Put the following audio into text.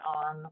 on